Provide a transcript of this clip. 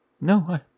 No